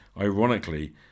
ironically